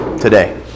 Today